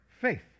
Faith